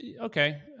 Okay